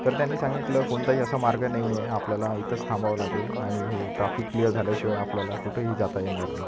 तर त्यांनी सांगितलं कोणताही असा मार्ग नाही आहे आपल्याला इथंच थांबावं लागेल आणि हे ट्राफिक क्लिअर झाल्याशिवाय आपल्याला कुठंही जाता येणार नाही